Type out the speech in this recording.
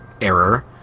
error